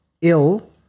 ill